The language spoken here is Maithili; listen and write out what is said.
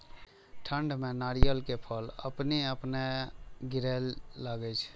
ठंड में नारियल के फल अपने अपनायल गिरे लगए छे?